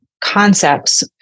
concepts